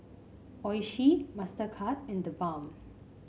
Oishi Mastercard and TheBalm